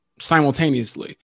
Simultaneously